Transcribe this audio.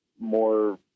more